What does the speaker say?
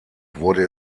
wurde